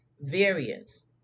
variance